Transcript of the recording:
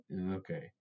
Okay